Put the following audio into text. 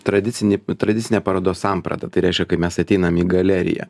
tradicinį tradicinę parodos sampratą tai reiškia kai mes ateinam į galeriją